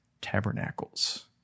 tabernacles